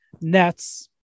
nets